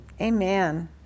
Amen